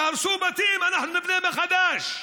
תהרסו בתים, אנחנו נבנה מחדש,